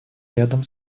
рядом